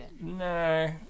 No